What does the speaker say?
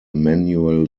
manual